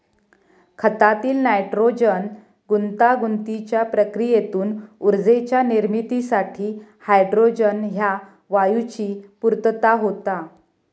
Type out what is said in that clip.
खतातील नायट्रोजन गुंतागुंतीच्या प्रक्रियेतून ऊर्जेच्या निर्मितीसाठी हायड्रोजन ह्या वायूची पूर्तता होता